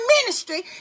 ministry